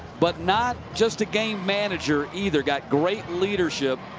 but not just a game manager either. got great leadership.